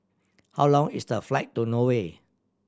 how long is the flight to Norway